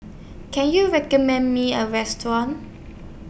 Can YOU recommend Me A Restaurant